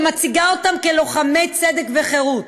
שמציגה אותם כלוחמי צדק וחירות.